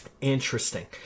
Interesting